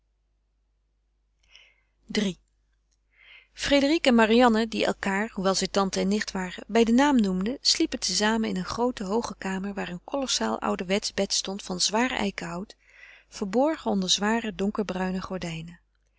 iii frédérique en marianne die elkaâr hoewel zij tante en nicht waren bij den naam noemden sliepen te zamen in een groote hooge kamer waar een kolossaal ouderwetsch bed stond van zwaar eikenhout verborgen onder zware donkerbruine gordijnen